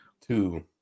Two